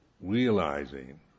realizing